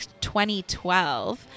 2012